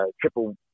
triple